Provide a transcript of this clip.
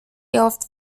یافت